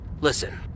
Listen